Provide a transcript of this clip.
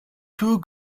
two